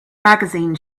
magazine